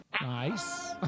Nice